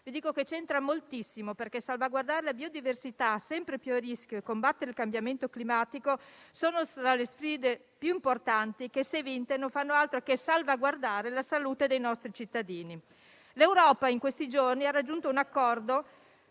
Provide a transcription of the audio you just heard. vi dico che c'entra moltissimo, perché salvaguardare la biodiversità, sempre più a rischio, e combattere il cambiamento climatico sono tra le sfide più importanti, che, se vinte, non fanno altro che salvaguardare la salute dei nostri cittadini. L'Europa in questi giorni ha raggiunto un accordo,